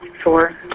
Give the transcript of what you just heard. four